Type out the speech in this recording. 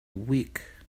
week